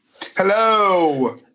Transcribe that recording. Hello